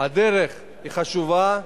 הדרך היא חשובה,